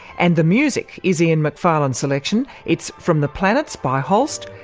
and the music is ian macfarlane's selection, it's from the planets by holst,